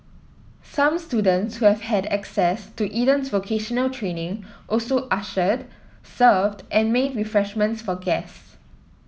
some students who have had access to Eden's vocational training also ushered served and made refreshments for guests